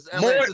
more